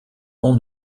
son